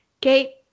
Kate